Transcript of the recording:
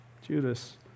Judas